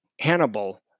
Hannibal